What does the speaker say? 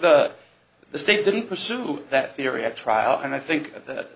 the the state didn't pursue that theory at trial and i think that